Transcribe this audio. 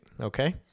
okay